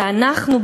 ואנחנו,